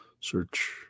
Search